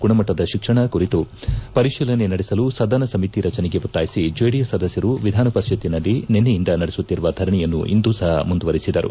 ಗುಣಮಟ್ಟದ ಶಿಕ್ಷಣ ಕುರಿತು ಪರಿತೀಲನೆ ನಡೆಸಲು ಸದನ ಸಮಿತಿ ರಚನೆಗೆ ಒತ್ತಾಯಿಸಿ ಜೆಡಿಎಸ್ ಸದಸ್ಕರು ವಿಧಾನಪರಿಷತ್ತಿನಲ್ಲಿ ನಿನ್ನೆಯಿಂದ ನಡೆಸುತ್ತಿರುವ ಧರಣೆಯನ್ನು ಇಂದು ಸಪ ಮುಂದುವರೆಸಿದರು